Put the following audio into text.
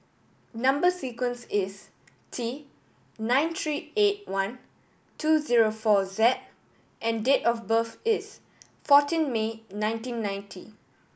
number sequence is T nine three eight one two zero four Z and date of birth is fourteen May nineteen ninety